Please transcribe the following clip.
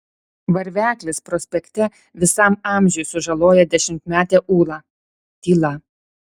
varveklis prospekte visam amžiui sužaloja dešimtmetę ulą tyla